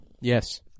Yes